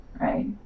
right